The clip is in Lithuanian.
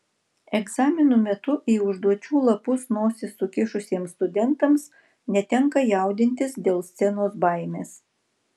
egzaminų metu į užduočių lapus nosis sukišusiems studentams netenka jaudintis dėl scenos baimės